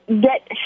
get